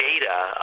data